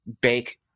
bake